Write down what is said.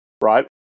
right